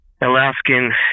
Alaskan